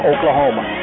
Oklahoma